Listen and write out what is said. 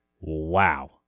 Wow